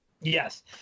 Yes